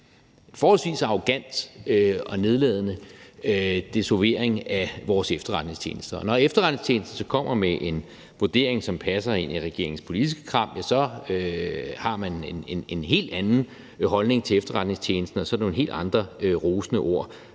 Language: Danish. en forholdsvis arrogant og nedladende desavouering af vores efterretningstjenester. Og når efterretningstjenesterne så kommer med en vurdering, som passer ind i regeringens politiske kram, så har man en helt anden holdning til efterretningstjenesterne, og så er det nogle helt andre rosende ord,